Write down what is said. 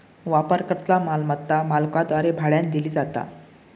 वापरकर्ता मालमत्ता मालकाद्वारे भाड्यानं दिली जाता